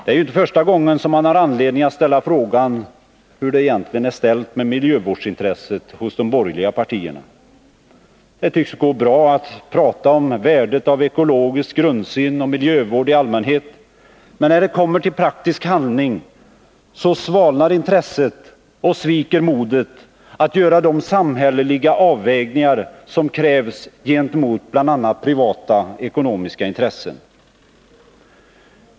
Det är inte första gången som man har anledning att fråga hur det egentligen är ställt med miljövårdsintresset hos de borgerliga partierna. Det tycks gå att prata om värdet av ekologisk grundsyn och miljövård i allmänhet, men när det kommer till praktisk handling svalnar intresset och sviker modet att göra de samhälleliga avvägningar som krävs gentemot bl.a. privata ekonomiska intressen.